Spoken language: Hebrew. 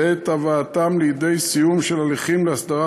ואת הבאתם לידי סיום של הליכים להסדרת